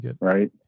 Right